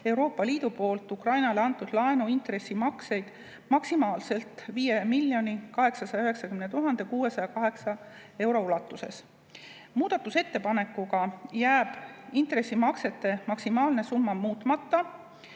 Euroopa Liidu poolt Ukrainale antud laenu intressimakseid maksimaalselt 5 890 628 euro ulatuses. Muudatusettepanekuga jääb intressimaksete maksimaalne summa muutmata,